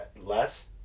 less